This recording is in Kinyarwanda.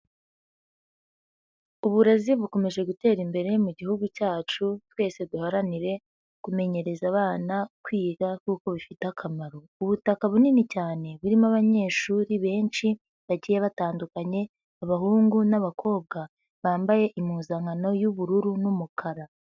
Uburezi bukomeje gutera imbere mu gihugu cyacu, twese duharanire kumenyereza abana kwiga kuko bifite akamaro. Ubutaka bunini cyane burimo abanyeshuri benshi bagiye batandukanye abahungu n'abakobwa, bambaye impuzankano y'ubururu n'umukara.